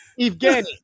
Evgeny